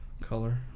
color